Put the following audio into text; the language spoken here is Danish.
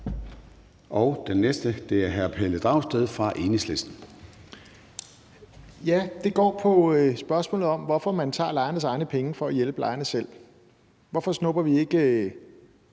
Den næste er hr. Pelle Dragsted fra Enhedslisten. Kl. 14:21 Pelle Dragsted (EL): Det går på spørgsmålet om, hvorfor man tager lejernes egne penge for at hjælpe lejerne selv. Hvorfor snupper vi ikke